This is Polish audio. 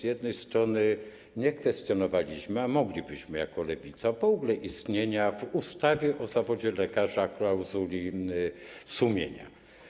Z jednej strony nie kwestionowaliśmy, a moglibyśmy jako Lewica, w ogóle istnienia w ustawie o zawodzie lekarza klauzuli sumienia.